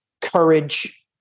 courage